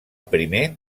primer